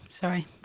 Sorry